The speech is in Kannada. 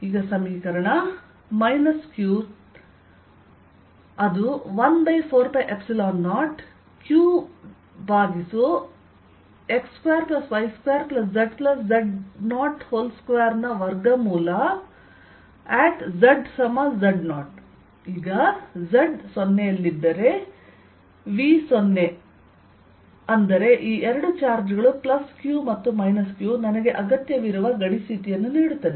q 14π0qx2y2zz02|zz0 ಈಗ z 0 ನಲ್ಲಿ V0ಇದ್ದರೆ ಅಂದರೆ ಈ ಎರಡು ಚಾರ್ಜ್ ಗಳು q ಮತ್ತು q ನನಗೆ ಅಗತ್ಯವಿರುವ ಗಡಿ ಸ್ಥಿತಿಯನ್ನು ನೀಡುತ್ತದೆ